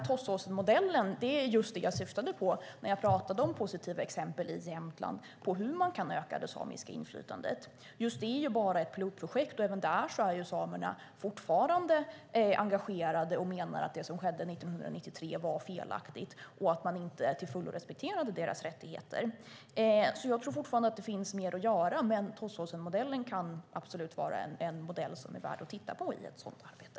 Tåssåsenmodellen var just det jag syftade på när jag pratade om positiva exempel i Jämtland på hur man kan öka det samiska inflytandet. Det är bara ett pilotprojekt, och även där är samerna fortfarande engagerade. De menar att det som skedde 1993 var felaktigt och att man inte till fullo respekterade deras rättigheter. Jag tror fortfarande att det finns mer att göra, men Tåssåsenmodellen kan absolut vara en modell som är värd att titta på i ett sådant arbete.